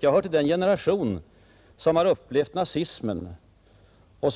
Jag hör till den generation som har upplevt nazismen och